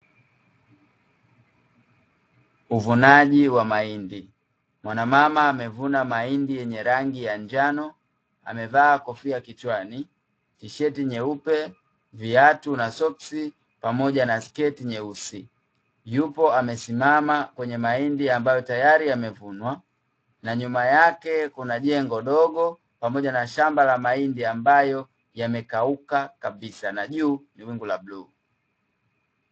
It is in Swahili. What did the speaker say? uvunaji wa mahindi mwanamama amevuna mahindi yenye rangi ya njano amevaa kofia kichani, tisheti nyeupe, viatu na soski pamoja na sketi nyeusi, yupo amesimama kwenye mahindi amnbayo tayari yamevunwa na nyuma yake kuna jengo dogo pamoja na shamba la mahindi ambayo yamekauka kabisa na juu ni wingu la bluu.